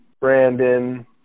Brandon